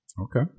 Okay